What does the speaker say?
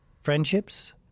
friendships